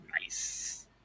Nice